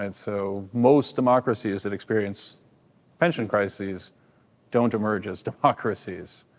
and so most democracies that experience pension crises don't emerge as democracies.